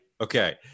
Okay